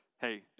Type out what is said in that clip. hey